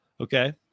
okay